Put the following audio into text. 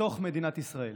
בתוך מדינת ישראל.